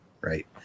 right